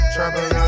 Trouble